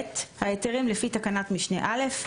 ההיתרים לפי תקנת משנה (א),